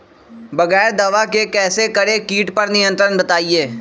बगैर दवा के कैसे करें कीट पर नियंत्रण बताइए?